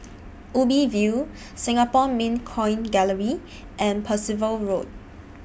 Ubi View Singapore Mint Coin Gallery and Percival Road